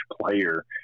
player